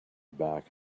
back